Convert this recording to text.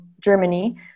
Germany